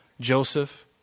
Joseph